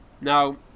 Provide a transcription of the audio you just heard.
Now